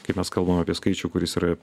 kaip mes kalbame apie skaičių kuris yra